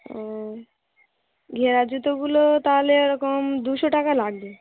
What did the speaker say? ও ঘেরা জুতোগুলো তাহলে ওরকম দুশো টাকা লাগবে